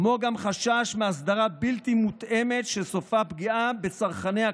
כמו גם חשש מהסדרה בלתי מותאמת שסופה פגיעה בצרכני הקצה,